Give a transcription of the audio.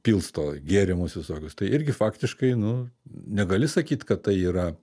pilsto gėrimus visokius tai irgi faktiškai nu negali sakyt kad tai yra